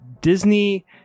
disney